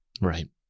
Right